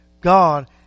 God